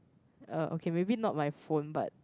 uh okay maybe not my phone but